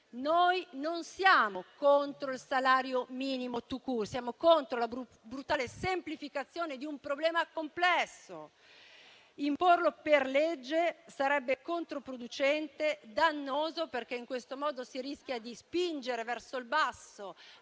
noi non siamo contro il salario minimo *tout court;* siamo contro la brutale semplificazione di un problema complesso. Imporlo per legge sarebbe controproducente e dannoso, perché in questo modo si rischia di spingere verso il basso